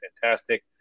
fantastic